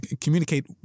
communicate